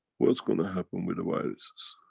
what's gonna happen with the viruses?